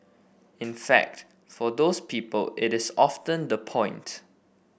in fact for those people it is often the point